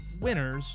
winners